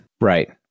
right